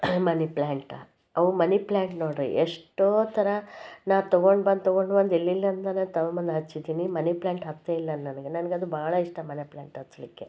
ಮನಿ plant ಅವು money plant ನೋಡಿರಿ ಎಷ್ಟೋ ಥರ ನಾ ತಗೊಂಡು ಬಂದು ತಗೊಂಡು ಬಂದು ಎಲ್ಲೆಲ್ಲಿಂದನೋ ತಗೊಬಂದು ಹಚ್ಚಿದೀನಿ ಮನಿ ಪ್ಲ್ಯಾಂಟ್ ಹತ್ತೇ ಇಲ್ಲ ನನಗೆ ನನಗದು ಭಾಳ ಇಷ್ಟ ಮನಿ ಪ್ಲ್ಯಾಂಟ್ ಹಚ್ಚಲಿಕ್ಕೆ